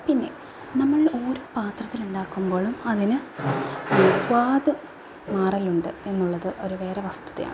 പിന്നെ നമ്മൾ ഓരോ പാത്രത്തിലുണ്ടാക്കുമ്പോഴും അതിന് സ്വാദ് മാറലുണ്ട് എന്നുള്ളത് ഒരു വേറെ വസ്തുതയാണ്